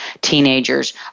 teenagers